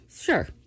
Sure